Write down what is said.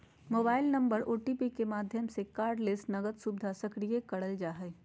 mobile number OTP के माध्यम से कार्डलेस नकद सुविधा सक्रिय करल जा हय